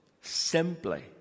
simply